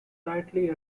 tightly